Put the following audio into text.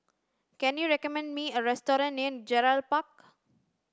can you recommend me a restaurant near Gerald Park